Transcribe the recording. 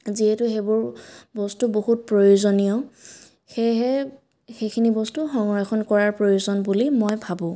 যিহেতু সেইবোৰ বস্তু বহুত প্ৰয়োজনীয় সেয়েহে সেইখিনি বস্তু সংৰক্ষণ কৰাৰ প্ৰয়োজন বুলি মই ভাবোঁ